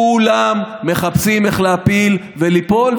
וכולם מחפשים איך להפיל וליפול,